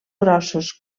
grossos